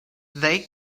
they